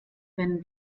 wenn